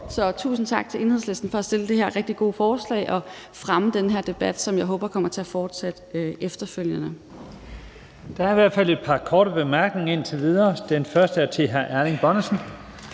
Så tusind tak til Enhedslisten for at fremsætte det her rigtig gode forslag og fremme den her debat, som jeg også håber kommer til at fortsætte efterfølgende. Kl. 11:55 Første næstformand (Leif Lahn Jensen): Der er i hvert fald et par korte bemærkninger indtil videre. Den første er til hr. Erling Bonnesen.